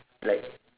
like